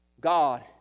God